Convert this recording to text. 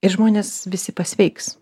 ir žmonės visi pasveiks